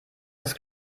des